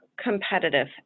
competitive